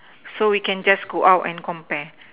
so we can just go out and compare